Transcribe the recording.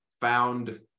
found